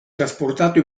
trasportato